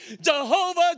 Jehovah